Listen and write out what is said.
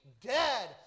dead